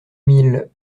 mille